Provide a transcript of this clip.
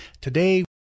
today